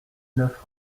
neuf